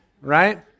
right